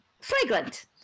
fragrant